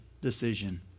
decision